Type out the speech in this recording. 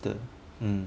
the mm